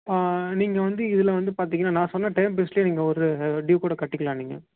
ஆ நீங்கள் வந்து இதில் வந்து பார்த்திங்ன்னா நான் சொன்ன டைம் பேஸ்லயே நீங்கள் ஒரு ட்யூ கூட கட்டிக்கலாம் நீங்கள்